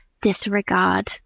disregard